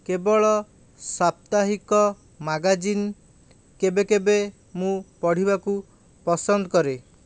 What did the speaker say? କେବଳ ସାପ୍ତାହିକ ମାଗାଜିନ କେବେ କେବେ ମୁଁ ପଢ଼ିବାକୁ ପସନ୍ଦ କରେ